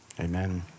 amen